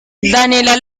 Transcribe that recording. daniela